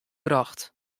brocht